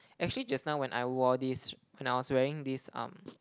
actually just now when I wore this when I was wearing this um